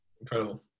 Incredible